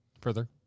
Further